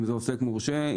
אם זה עוסק מורשה,